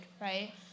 right